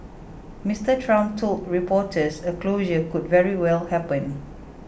Mr Trump told reporters a closure could very well happen